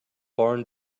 barn